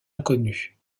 inconnue